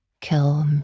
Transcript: Kill